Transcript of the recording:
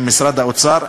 עם משרד האוצר.